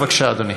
בבקשה, אדוני.